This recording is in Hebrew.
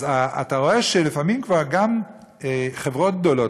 אתה רואה שלפעמים כבר גם חברות גדולות,